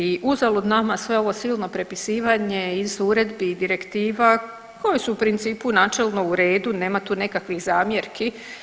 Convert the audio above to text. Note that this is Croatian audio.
I uzalud nama sve ovo silno prepisivanje iz uredbi i direktiva koje su u principu načelno u redu, nema tu nekakvih zamjerki.